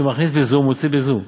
שהוא מכניס בזו ומוציא בזו,